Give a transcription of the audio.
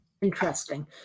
Interesting